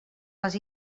les